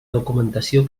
documentació